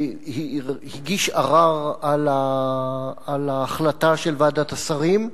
הגיש ערר על החלטה של ועדת השרים.